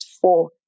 four